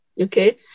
okay